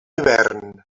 hivern